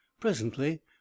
Presently